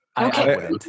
Okay